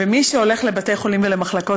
ומי שהולך לבתי חולים ולמחלקות,